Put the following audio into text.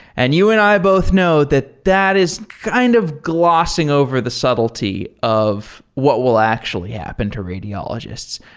and you and i both know that that is kind of glossing over the subtlety of what will actually happen to radiologists.